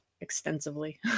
extensively